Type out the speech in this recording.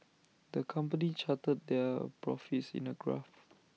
the company charted their profits in A graph